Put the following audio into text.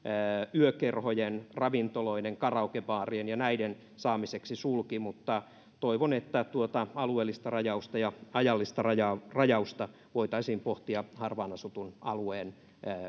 yökerhojen ravintoloiden karaokebaarien ja näiden saamiseksi sulki mutta toivon että tuota alueellista rajausta ja ajallista rajausta rajausta voitaisiin pohtia harvaan asutun alueen